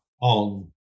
on